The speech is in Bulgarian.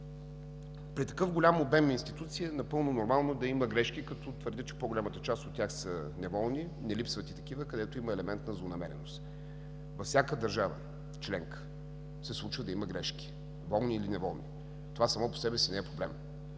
При такъв голям обем институции е напълно нормално да има грешки, като твърдя, че по-голямата част от тях са неволни. Не липсват и такива, където има елемент на злонамереност. Във всяка държава членка се случва да има грешки – волни или неволни. Това само по себе си не е проблем.